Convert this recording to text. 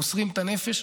מוסרים את הנפש,